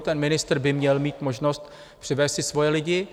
Ten ministr by měl mít možnost přivést si svoje lidi.